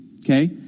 okay